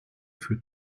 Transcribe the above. für